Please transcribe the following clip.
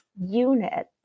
unit